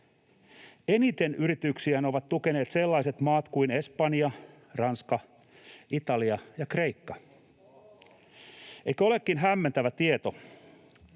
Eniten yrityksiään ovat tukeneet sellaiset maat kuin Espanja, Ranska, Italia ja Kreikka. Eikö olekin hämmentävä tieto?